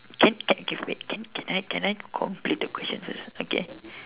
can can can wait can can I can I complete the question first okay